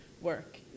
work